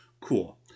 Cool